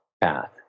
path